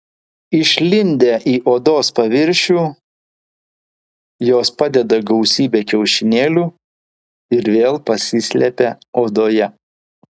išlindę į odos paviršių jos padeda gausybę kiaušinėlių ir vėl pasislepia odoje